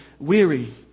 weary